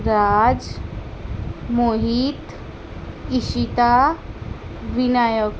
Raj Mohit Ishita Vinayak